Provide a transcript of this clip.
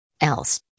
Else